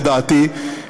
לדעתי,